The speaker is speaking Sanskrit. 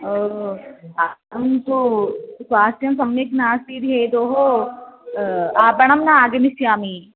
ओ अहं तु स्वास्थ्यं सम्यक् नास्ति इति हेतोः आपणं न आगमिष्यामि